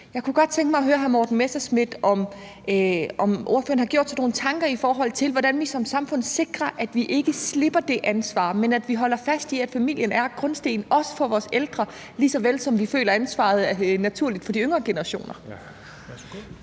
Jeg kunne godt tænke mig at høre hr. Morten Messerschmidt, om ordføreren har gjort sig nogen tanker om, hvordan vi som samfund sikrer, at vi ikke slipper det ansvar, men at vi holder fast i, at familien er grundstenen, også for vores ældre, lige så vel som vi naturligt føler et ansvar for de yngre generationer.